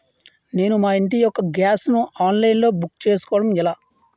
నేను మా ఇంటి యెక్క గ్యాస్ ను ఆన్లైన్ లో బుక్ చేసుకోవడం ఎలా?